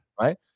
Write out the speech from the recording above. right